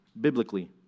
biblically